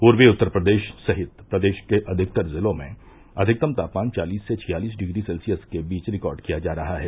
पूर्वी उत्तर प्रदेश सहित प्रदेश के अधिकतर जिलों में अधिकतम तापमान चालिस से छियालिस डिग्री सेल्सियस के बीच रिकार्ड किया जा रहा है